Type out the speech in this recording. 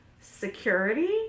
security